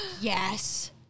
yes